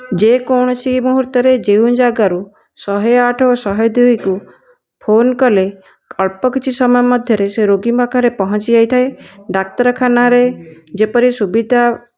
ଯେକୌଣସି ମୁହୂର୍ତ୍ତରେ ଯେଉଁ ଜାଗାରୁ ଶହେ ଆଠ ଶହେ ଦୁଇକୁ ଫୋନ୍ କଲେ ଅଳ୍ପ କିଛି ସମୟ ମଧ୍ୟରେ ସେ ରୋଗୀ ପାଖରେ ପହଞ୍ଚି ଯାଇଥାଏ ଡାକ୍ତରଖାନା ରେ ଯେପରି ସୁବିଧା